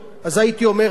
הממשלה תתמוך,